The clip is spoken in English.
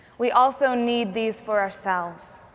we also need these for ourselves.